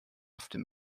after